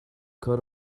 کار